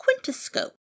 quintoscope